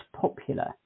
popular